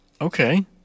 Okay